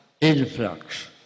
influx